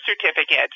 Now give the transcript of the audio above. certificate